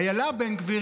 אילה בן גביר,